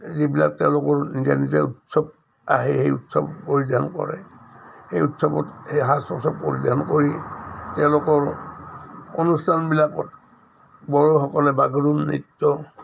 যিবিলাক তেওঁলোকৰ নিজা নিজা উৎসৱ আহে সেই উৎসৱ পৰিধান কৰে সেই উৎসৱত সেই সাজ পোচাক পৰিধান কৰি তেওঁলোকৰ অনুষ্ঠানবিলাকত বড়োসকলে বাগৰুম্বা নৃত্য